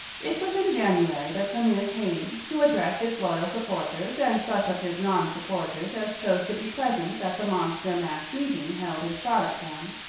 it was a january the premier came, to address his loyal supporters and such of his nonsupporters as chose to be present at the monster mass meeting held in charlottetown.